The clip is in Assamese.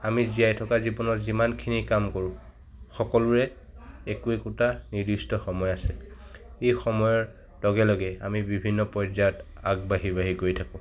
আমি জীয়াই থকা জীৱনত যিমানখিনি কাম কৰো সকলোৰে একো একোটা নিৰ্দিষ্ট সময় আছে এই সময়ৰ লগে লগে আমি বিভিন্ন পৰ্যায়ত আগবাঢ়ি বাঢ়ি গৈ থাকোঁ